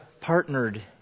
partnered